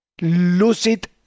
lucid